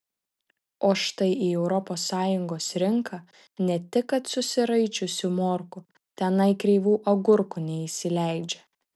o štai į europos sąjungos rinką ne tik kad susiraičiusių morkų tenai kreivų agurkų neįsileidžia